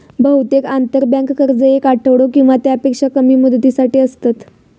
बहुतेक आंतरबँक कर्ज येक आठवडो किंवा त्यापेक्षा कमी मुदतीसाठी असतत